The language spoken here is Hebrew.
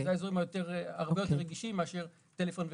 אלה אזורים הרבה יותר רגישים מאשר טלפון וכו'.